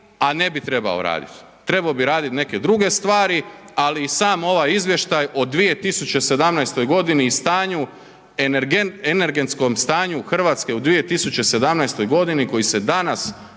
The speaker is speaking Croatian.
a ne bi trebao radit. Trebao bi raditi neke druge stvari ali sam ovaj izvještaj u 2017. g. i stanju energetskom stanju Hrvatske u 2017. g. koji se danas